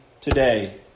today